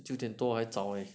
是九点多还早